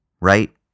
Right